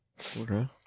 Okay